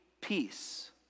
peace